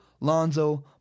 Lonzo